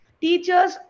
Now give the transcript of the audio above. Teachers